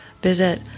Visit